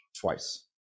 Twice